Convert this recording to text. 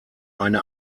eine